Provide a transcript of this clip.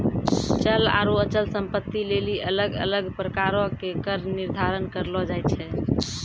चल आरु अचल संपत्ति लेली अलग अलग प्रकारो के कर निर्धारण करलो जाय छै